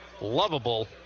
lovable